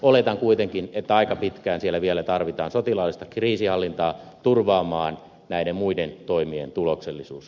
oletan kuitenkin että aika pitkään siellä vielä tarvitaan sotilaallista kriisinhallintaa turvaamaan näiden muiden toimien tuloksellisuus